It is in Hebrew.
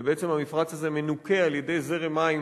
ובעצם המפרץ הזה מנוקה על-ידי זרם מים